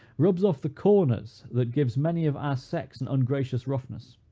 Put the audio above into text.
rubs off the corners that gives many of our sex an ungracious roughness.